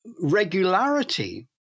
regularity